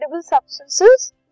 substances